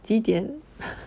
几点